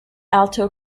alto